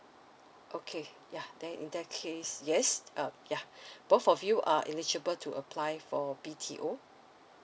okay yeah then in that case yes uh yeah both of you are eligible to apply for B_T_O